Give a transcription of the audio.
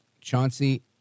Chauncey